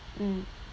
mm